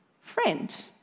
friend